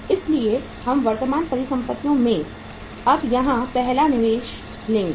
इसलिए हम वर्तमान परिसंपत्तियों में अब यहां पहला निवेश लेंगे